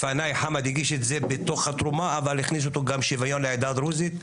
לפניי חמד הדגיש את זה אבל הכניס שם שוויון לעדה הדרוזית.